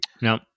no